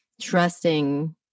trusting